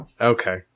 Okay